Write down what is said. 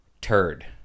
turd